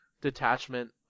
detachment